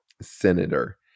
Senator